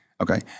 Okay